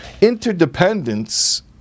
Interdependence